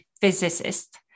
physicist